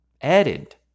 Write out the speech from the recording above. added